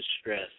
stress